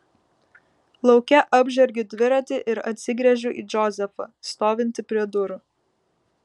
lauke apžergiu dviratį ir atsigręžiu į džozefą stovintį prie durų